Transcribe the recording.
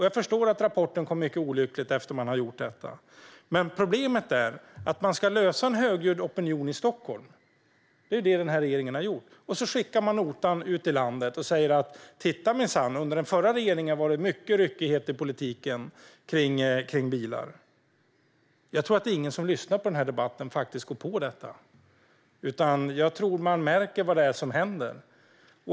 Jag förstår att rapporten kom mycket olyckligt efter att man hade gjort detta. Problemet är att man ska lugna en högljudd opinion i Stockholm. Det är vad regeringen har gjort. Sedan skickar man notan ut i landet och säger: Titta nu, minsann! Under den förra regeringen var det mycket ryckighet i politiken kring bilar. Jag tror inte att någon som lyssnar på denna debatt går på det, utan jag tror att man märker vad som händer.